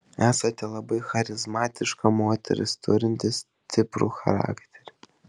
esate labai charizmatiška moteris turinti stiprų charakterį